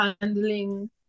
handling